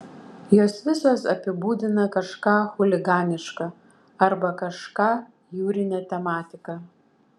jos visos apibūdina kažką chuliganiška arba kažką jūrine tematika